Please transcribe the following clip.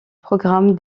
programme